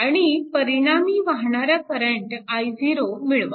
आणि परिणामी वाहणारा करंट i0 मिळवा